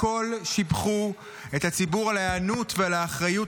הכול שיבחו את הציבור על ההיענות ועל האחריות